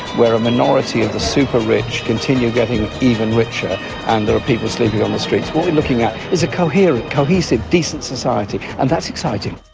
where a minority of the super-rich continue getting even richer and there are people sleeping on the streets. what we are looking at is a coherent, cohesive, decent society, and that's exciting.